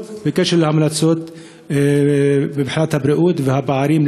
בקשר להמלצות מבחינת הבריאות והפערים,